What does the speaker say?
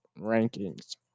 rankings